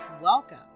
welcome